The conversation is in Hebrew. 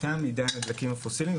תם עידן הדלקים הפוסיליים,